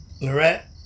Lorette